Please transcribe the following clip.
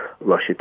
russia